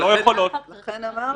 הן לא יכולות לגבור.